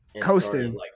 Coasting